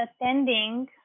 attending